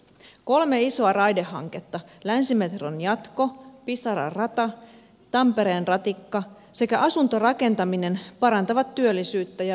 kolme isoa raidehanketta länsimetron jatko pisara rata tampereen ratikka sekä asuntorakentaminen parantavat työllisyyttä ja ympäristön tilaa